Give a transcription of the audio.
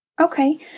okay